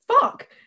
fuck